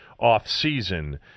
offseason